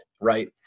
Right